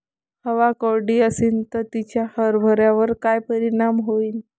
हवा कोरडी अशीन त तिचा हरभऱ्यावर काय परिणाम होईन?